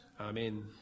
Amen